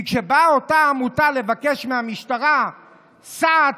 כי כשבאה אותה עמותה לבקש מהמשטרה סעד